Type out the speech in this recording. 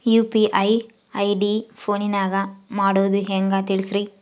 UPI ID ಫೋನಿನಾಗ ಮಾಡೋದು ಹೆಂಗ ತಿಳಿಸ್ರಿ?